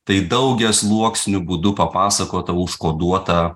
tai daugiasluoksniu būdu papasakota užkoduota